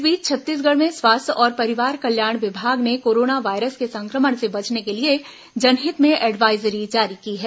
इस बीच छत्तीसगढ़ में स्वास्थ्य और परिवार कल्याण विभाग ने कोरोना वायरस के संक्रमण से बचने के लिए जनहित में एडवायजरी जारी की है